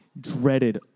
dreaded